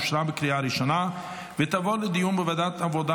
אושרה בקריאה ראשונה ותעבור לדיון בוועדת העבודה